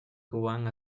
kubán